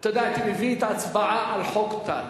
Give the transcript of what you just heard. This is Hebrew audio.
אתה יודע, הייתי מביא את ההצבעה על חוק טל.